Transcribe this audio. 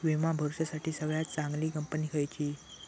विमा भरुच्यासाठी सगळयात चागंली कंपनी खयची?